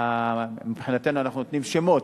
מבחינתנו אנחנו נותנים שמות,